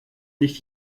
nicht